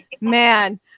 man